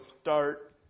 start